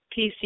PC